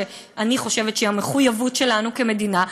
שאני חושבת שהיא המחויבות שלנו כמדינה,